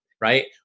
right